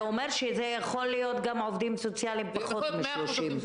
זה אומר שיכול להיות שעובדים סוציאליים זה פחות מ-30%.